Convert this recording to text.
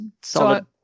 solid